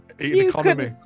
Economy